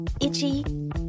Itchy